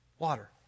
Water